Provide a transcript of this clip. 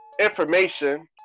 information